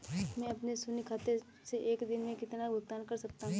मैं अपने शून्य खाते से एक दिन में कितना भुगतान कर सकता हूँ?